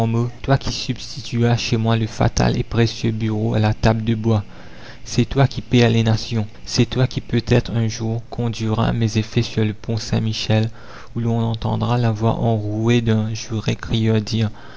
toi qui substituas chez moi le fatal et précieux bureau à la table de bois c'est toi qui perds les nations c'est toi qui peut-être un jour conduira mes effets sur le pont saint-michel où l'on entendra la voix enrouée d'un juré crieur dire